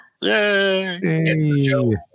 Yay